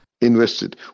Invested